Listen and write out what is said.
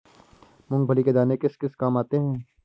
मूंगफली के दाने किस किस काम आते हैं?